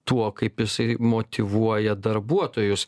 tuo kaip jisai motyvuoja darbuotojus